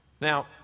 Now